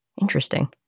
Interesting